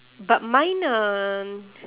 but mine are